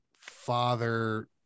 father